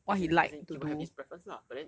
as in as in he will have his preference lah but then